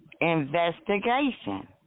investigation